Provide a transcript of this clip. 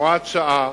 הוראת שעה),